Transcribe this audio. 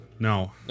No